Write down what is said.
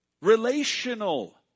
Relational